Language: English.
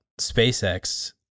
SpaceX